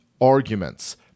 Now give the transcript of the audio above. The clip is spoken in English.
arguments